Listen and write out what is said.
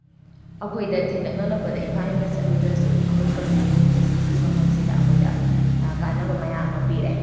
ꯑꯩꯈꯣꯏꯗ ꯊꯦꯡꯂꯛ ꯉꯥꯡꯂꯛꯄꯗ ꯏꯝꯐꯥꯜ ꯌꯧꯅ ꯆꯠꯂꯨꯗ꯭ꯔꯁꯨ ꯑꯩꯈꯣꯏ ꯀꯛꯆꯤꯡꯒꯤ ꯐꯦꯁꯤꯂꯤꯇꯤ ꯃꯐꯝꯁꯤꯗ ꯑꯩꯈꯣꯏꯗ ꯀꯥꯟꯅꯕ ꯃꯌꯥꯝ ꯑꯃ ꯄꯤꯔꯦ